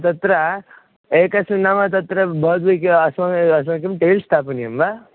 तत्र एकस्मिन् नाम तत्र भवद्भिः अस्माकं टेल्स् स्थापनीयं वा